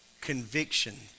conviction